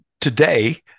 Today